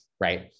right